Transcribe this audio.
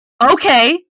okay